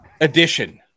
edition